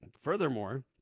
Furthermore